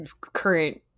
current